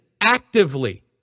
actively